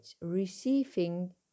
receiving